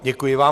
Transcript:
Děkuji vám.